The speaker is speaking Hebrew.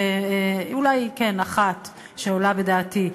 אולי כן אחת שעולה בדעתי.